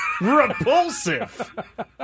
Repulsive